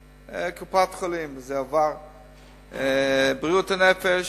לקופות-החולים, בריאות הנפש,